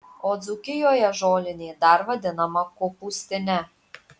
o dzūkijoje žolinė dar vadinama kopūstine